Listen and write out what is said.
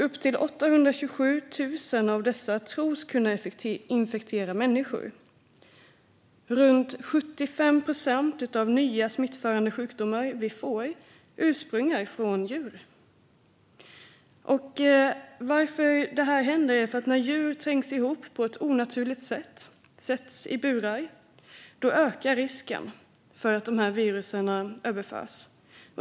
Upp till 827 000 av dessa tros kunna infektera människor. Runt 75 procent av de nya smittförande sjukdomar vi får kommer ursprungligen från djur. Varför händer då detta? Jo, när djur trängs ihop på ett onaturligt sätt och sätts i burar ökar risken för att virusen överförs.